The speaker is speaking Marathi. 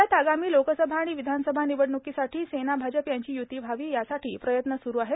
राज्यात आगामी लोकसभा आणि विधानसभा निवडण्कीसाठी सेना भाजप यांची य्ती व्हावी यासाठी प्रयत्न सुरू आहेत